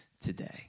today